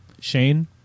Shane